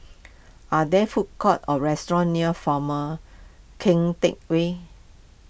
are there food courts or restaurants near former Keng Teck Whay